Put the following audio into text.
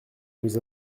nous